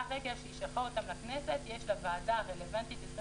מהרגע שהיא שלחה אותן לכנסת יש לוועדה הרלוונטית 24